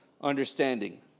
understanding